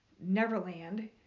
Neverland